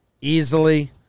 easily